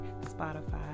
spotify